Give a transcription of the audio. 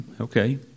okay